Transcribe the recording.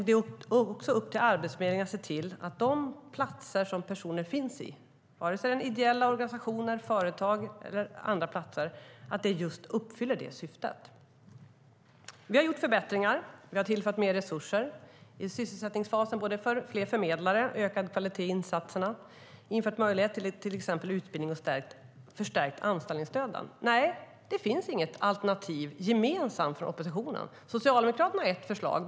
Det är upp till Arbetsförmedlingen att se till att de platser som personer finns i - vare sig det är i ideella organisationer, i företag eller andra platser - uppfyller just detta syfte. Vi har gjort förbättringar. Vi har tillfört mer resurser i sysselsättningsfasen både för fler förmedlare och för ökad kvalitet i insatserna. Vi har infört möjlighet till exempelvis utbildning, och vi har förstärkt anställningsstöden. Det finns inget gemensamt alternativ från oppositionen. Socialdemokraterna har ett förslag.